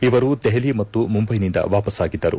ಇವರು ದೆಹಲಿ ಮತ್ತು ಮುಂಬೈನಿಂದ ವಾಪಸಾಗಿದ್ದರು